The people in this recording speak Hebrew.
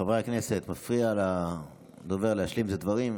חברי הכנסת, זה מפריע לדובר להשלים את הדברים.